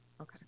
Okay